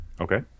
Okay